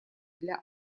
для